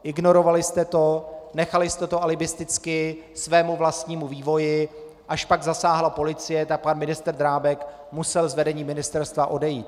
Ignorovali jste to, nechali jste to alibisticky svému vlastnímu vývoji, až pak zasáhla policie, tak pan ministr Drábek musel z vedení ministerstva odejít.